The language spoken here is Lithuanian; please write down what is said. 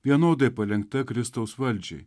vienodai palenkta kristaus valdžiai